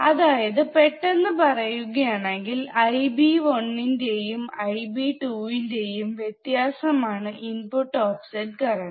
അതായത് പെട്ടെന്ന് പറയുകയാണെങ്കിൽ Ib1 ന്റെയും Ib2 ന്റെയും വ്യത്യാസമാണ് ഇൻപുട്ട് ഓഫ്സെറ്റ് കറണ്ട്